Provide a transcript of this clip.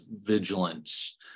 vigilance